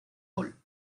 gol